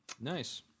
Nice